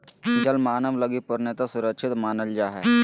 जल मानव लगी पूर्णतया सुरक्षित मानल जा हइ